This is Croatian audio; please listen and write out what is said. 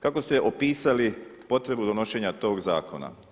Kako ste opisali potrebu donošenja tog zakona?